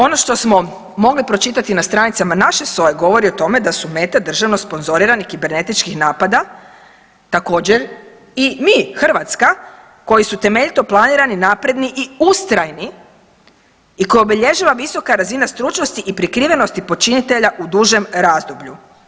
Ono što smo mogli pročitati na stranicama naše SOA-e, govori o tome da su meta državno sponzorirani kibernetičkih napada također i mi, Hrvatska koji su temeljito planirani, napredni i ustrajni i koji obilježava visoka razina stručnosti i prikrivenosti počinitelja u dužem razdoblju.